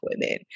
women